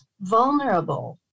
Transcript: vulnerable